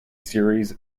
series